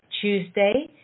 Tuesday